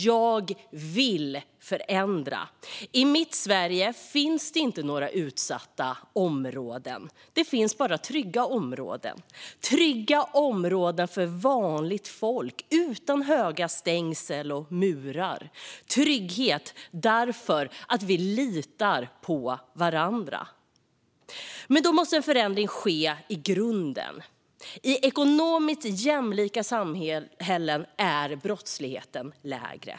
Jag vill förändra. I mitt Sverige finns det inte några utsatta områden. Det finns bara trygga områden. Det är trygga områden för vanligt folk, utan höga stängsel och murar. Trygghet därför att vi litar på varandra. Men då måste en förändring ske i grunden. I ekonomiskt jämlika samhällen är brottsligheten lägre.